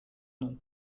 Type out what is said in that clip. nom